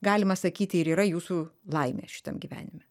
galima sakyti ir yra jūsų laimė šitam gyvenime